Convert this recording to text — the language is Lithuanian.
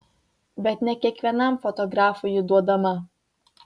bet ne kiekvienam fotografui ji duodama